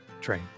train